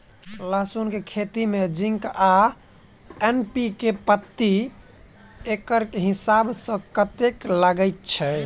लहसून खेती मे जिंक आ एन.पी.के प्रति एकड़ हिसाब सँ कतेक लागै छै?